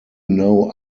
know